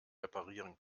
reparieren